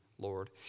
Lord